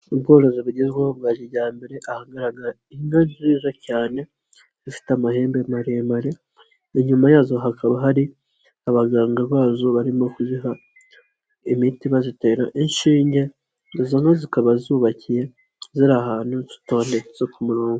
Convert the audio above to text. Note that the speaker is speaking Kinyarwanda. Ubworozi bugezweho bwa kijyambere ahagaragara inka nziza cyane zifite amahembe maremare, inyuma yazo hakaba hari abaganga bazo barimo kuziha imiti bazitera inshinge, izo nka zikaba zubakiye ziri ahantu zitondetse ku murongo.